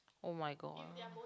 oh my god